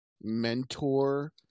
mentor